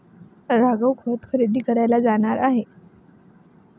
राघव खत खरेदी करायला जाणार आहे